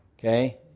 okay